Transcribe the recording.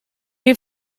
you